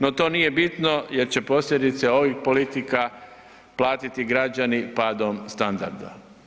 No to nije bitno jer će posljedice ovih politika platiti građani padom standarda.